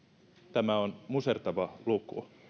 tämä on musertava luku